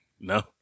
No